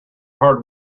hard